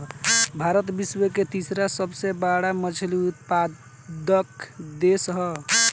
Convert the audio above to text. भारत विश्व के तीसरा सबसे बड़ मछली उत्पादक देश ह